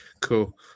Cool